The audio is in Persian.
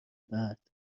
بعد